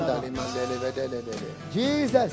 Jesus